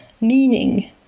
meaning